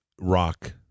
rock